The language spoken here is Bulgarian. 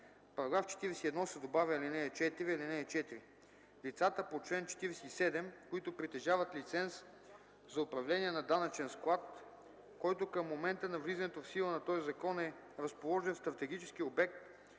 1. В § 41 се създава ал. 4: „(4) Лицата по чл. 47, които притежават лиценз за управление на данъчен склад, който към момента на влизането в сила на този закон е разположен в стратегически обект